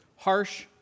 Harsh